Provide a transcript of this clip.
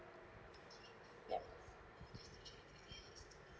yup